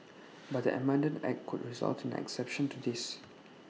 but the amended act could result an exception to this